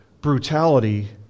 brutality